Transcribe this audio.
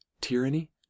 tyranny